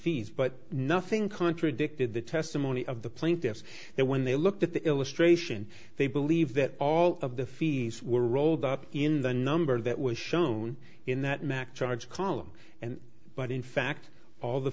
fees but nothing contradicted the testimony of the plaintiffs that when they looked at the illustration they believe that all of the fees were rolled up in the number that was shown in that mac charge column and but in fact all the